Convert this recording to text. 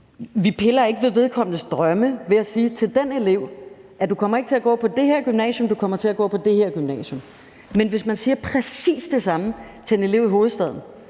piller ved vedkommendes drømme ved at sige til vedkommende: Du kommer ikke til at gå på det her ene gymnasium, men du kommer til at gå på det her andet gymnasium. Men hvis man siger præcis det samme til en elev i hovedstaden,